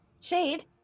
Shade